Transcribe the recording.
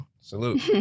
Salute